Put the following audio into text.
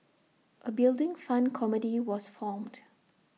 A Building Fund committee was formed